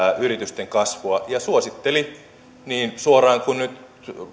yritysten kasvua ja se suositteli niin suoraan kuin nyt